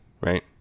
right